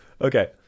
Okay